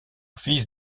fils